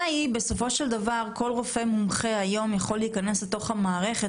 כל רופא מומחה יכול להיכנס למערכת,